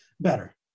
better